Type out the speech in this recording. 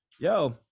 yo